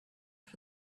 for